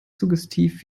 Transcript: suggestiv